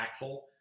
impactful